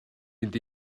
mynd